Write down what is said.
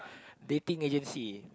dating agency